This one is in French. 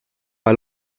pas